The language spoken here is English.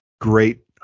great